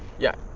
yeah.